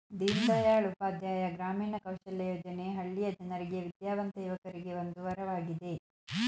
ದೀನದಯಾಳ್ ಉಪಾಧ್ಯಾಯ ಗ್ರಾಮೀಣ ಕೌಶಲ್ಯ ಯೋಜನೆ ಹಳ್ಳಿಯ ಜನರಿಗೆ ವಿದ್ಯಾವಂತ ಯುವಕರಿಗೆ ಒಂದು ವರವಾಗಿದೆ